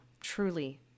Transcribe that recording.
truly